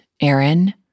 Aaron